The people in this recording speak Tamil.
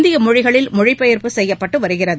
இந்திய மொழிகளில் மொழி பெயாப்பு செய்யப்பட்டு வருகிறது